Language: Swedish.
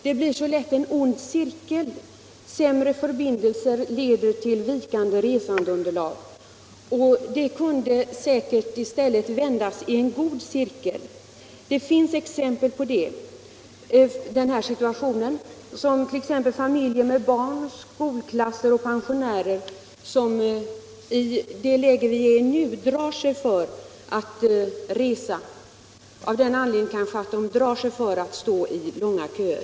Det blir så lätt en ond cirkel — sämre förbindelser leder till vikande resandeunderlag. Det hela skulle säkert kunna vändas till något positivt. Familjer med barn, skolklasser och pensionärer drar sig, i det läge vi har nu, för att resa — kanske av den anledningen att de inte vill stå i långa köer.